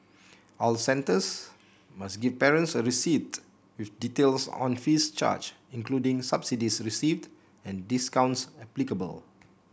all centres must give parents a receipt with details on fees charge including subsidies received and discounts applicable